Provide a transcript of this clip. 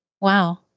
Wow